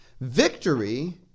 victory